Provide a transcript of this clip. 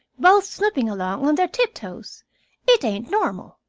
both snooping along on their tiptoes it ain't normal.